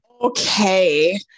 Okay